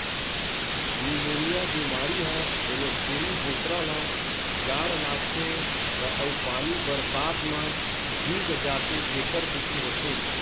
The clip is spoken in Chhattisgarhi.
निमोनिया बेमारी ह कोनो छेरी बोकरा ल जाड़ लागथे त अउ पानी बरसात म भीग जाथे तेखर सेती होथे